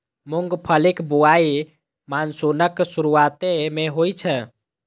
मूंगफलीक बुआई मानसूनक शुरुआते मे होइ छै